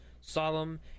solemn